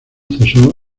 cesó